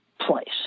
place